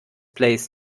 plays